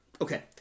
Okay